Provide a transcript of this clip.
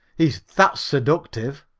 he's that seductive.